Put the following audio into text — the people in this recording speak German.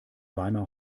weimar